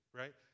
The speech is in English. right